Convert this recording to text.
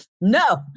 no